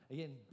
Again